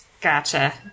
Gotcha